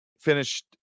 finished –